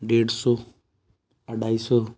ॾेढ सौ अढाई सौ